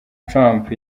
trump